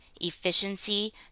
efficiency